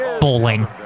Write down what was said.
bowling